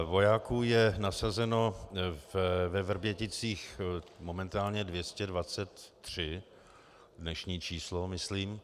Vojáků je nasazeno ve Vrběticích momentálně 223, dnešní číslo, myslím.